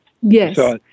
Yes